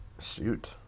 shoot